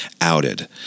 outed